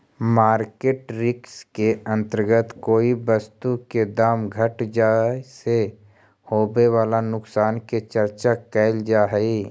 market risk के अंतर्गत कोई वस्तु के दाम घट जाए से होवे वाला नुकसान के चर्चा कैल जा हई